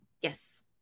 Yes